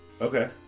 Okay